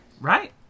Right